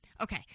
Okay